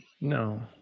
No